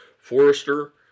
forester